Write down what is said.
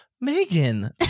Megan